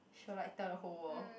she will like tell the whole world